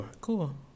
cool